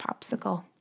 popsicle